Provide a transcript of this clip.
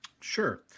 Sure